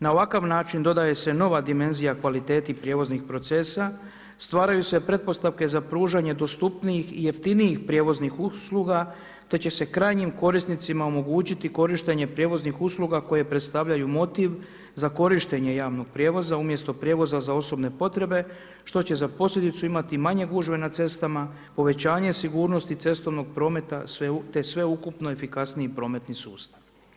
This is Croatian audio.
Na ovakav način dodaje se nova dimenzija kvaliteti prijevoznih procesa, stvaraju se pretpostavke za pružanje dostupnijih i jeftinijih prijevoznih usluga, te će se krajnjim korisnicima omogućiti korištenje prijevoznih usluga koje predstavljaju motiv za korištenje javnog prijevoza umjesto prijevoza za osobne potrebe što će za posljedicu imati manje gužve na cestama, povećanje sigurnosti cestovnog prometa, te sveukupno efikasniji prometni sustav.